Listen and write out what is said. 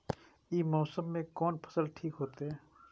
ई मौसम में कोन फसल ठीक होते?